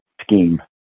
scheme